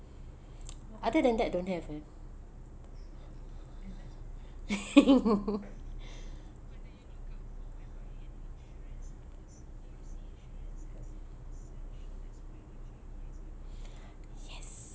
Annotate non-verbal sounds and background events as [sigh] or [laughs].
other than that don't have eh [laughs]